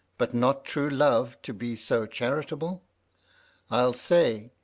but not true love to be so charitable i'll say,